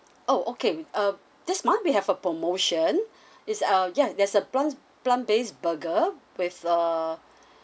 oh okay uh this month we have a promotion is a ya there's a plant plant based burger with err